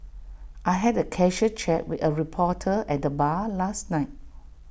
I had A casual chat with A reporter at the bar last night